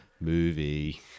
movie